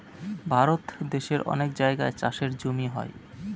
ভারত দেশের অনেক জায়গায় চাষের জমি হয়